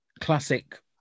classic